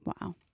Wow